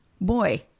Boy